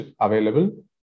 available